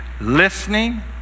listening